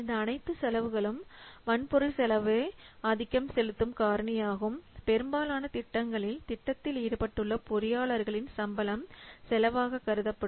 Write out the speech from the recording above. இந்த அனைத்து செலவுகளும் வன்பொருள் செலவே ஆதிக்கம் செலுத்தும் காரணியாகும் பெரும்பாலான திட்டங்களில் திட்டத்தில் ஈடுபட்டுள்ள பொறியாளர்களின் சம்பளம் செலவாக கருதப்படும்